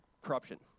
corruption